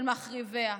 של מחריביה,